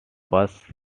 first